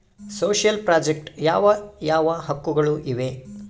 Social project ಯಾವ ಯಾವ ಹಕ್ಕುಗಳು ಇವೆ?